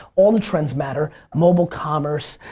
all the trends matter, mobile commerce,